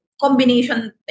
combination